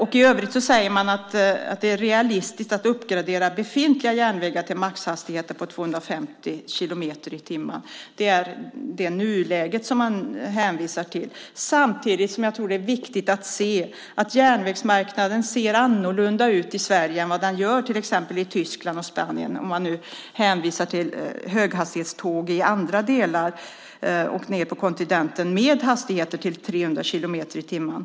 I övrigt säger man att det är realistiskt att uppgradera befintliga järnvägar till maxhastigheter på 250 kilometer i timmen. Det är nuläget som man hänvisar till. Samtidigt tror jag att det är viktigt att se att järnvägsmarknaden i Sverige ser annorlunda ut jämfört med hur den ser ut i exempelvis Tyskland och Spanien om man nu hänvisar till höghastighetståg i andra delar och nere på kontinenten med hastigheter på upp till 300 kilometer i timmen.